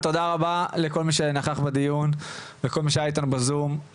לכל מי שנכח בדיון וכל מי שהיה איתנו בזום.